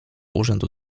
urzędu